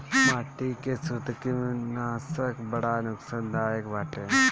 माटी के सूत्रकृमिनाशक बड़ा नुकसानदायक बाटे